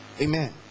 Amen